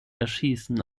erschießen